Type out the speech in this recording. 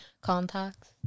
contacts